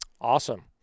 Awesome